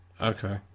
Okay